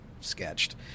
sketched